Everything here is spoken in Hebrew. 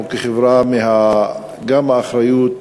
אנחנו כחברה, האחריות